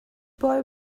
boy